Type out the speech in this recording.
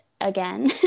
again